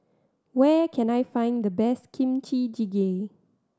where can I find the best Kimchi Jjigae